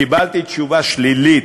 וקיבלתי תשובה שלילית